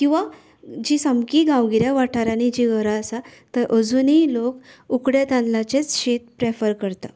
किंवां जी सामकी गांवगिऱ्या वाठारांनी जी घरां आसात थंय अजूनी लोक उकड्या तांदळाचेंच शीत प्रेफर करतात